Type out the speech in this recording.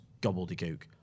gobbledygook